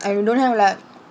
and they don't have like